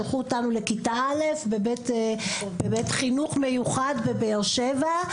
שלחו אותנו לכיתה א' בבית חינוך מיוחד בבאר שבע.